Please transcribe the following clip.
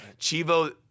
Chivo